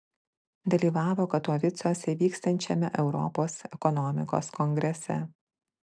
dalyvavo katovicuose vykstančiame europos ekonomikos kongrese